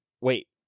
wait